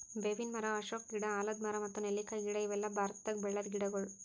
ಬೇವಿನ್ ಮರ, ಅಶೋಕ ಗಿಡ, ಆಲದ್ ಮರ ಮತ್ತ್ ನೆಲ್ಲಿಕಾಯಿ ಗಿಡ ಇವೆಲ್ಲ ಭಾರತದಾಗ್ ಬೆಳ್ಯಾದ್ ಗಿಡಗೊಳ್